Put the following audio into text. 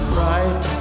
right